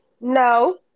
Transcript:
no